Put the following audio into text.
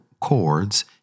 chords